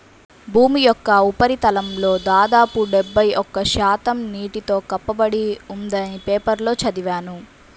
భూమి యొక్క ఉపరితలంలో దాదాపు డెబ్బై ఒక్క శాతం నీటితో కప్పబడి ఉందని పేపర్లో చదివాను